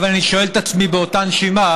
אבל אני שואל את עצמי באותה נשימה: